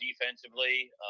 defensively